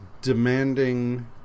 demanding